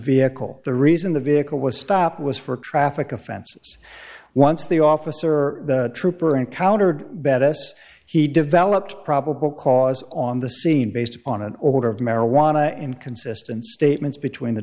vehicle the reason the vehicle was stopped was for traffic offenses once the officer the trooper encountered betis he developed probable cause on the scene based on an odor of marijuana and consistent statements between the